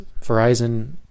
verizon